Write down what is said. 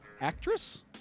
actress